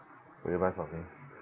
will you buy from me